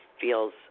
Feels